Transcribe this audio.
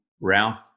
ralph